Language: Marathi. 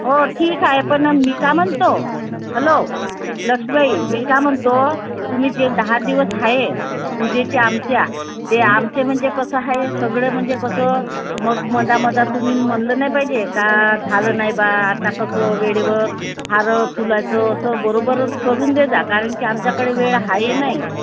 हो ठीक आहे पण मी का म्हणतो हलो लक्षबाई मी का म्हणतो तुम्ही जे दहा दिवस आहे पूजेचे आमच्या ते आमचे म्हणजे कसं आहे सगळे म्हणजे कसं मग मध्येमध्ये तुम्ही म्हणालं नाही पाहिजे का झालं नाई बा आता कसं वेळेवर हारं फुलाचं असं बरोबर करून दे जा कारण की आमच्याकडे वेळ आहे नाही